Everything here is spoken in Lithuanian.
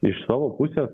iš savo pusės